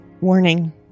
Warning